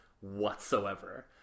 whatsoever